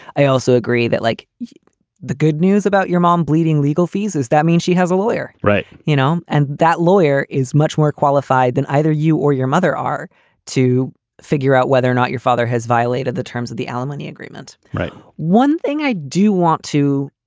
i also agree that like the good news about your mom bleeding legal fees, is that mean she has a lawyer? right. you know, and that lawyer is much more qualified than either you or your mother are to figure out whether or not your father has violated the terms of the alimony agreement. right. one thing i do want to